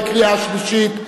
בקריאה שלישית.